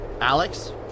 Alex